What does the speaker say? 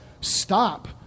stop